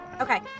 okay